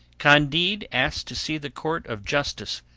candide asked to see the court of justice,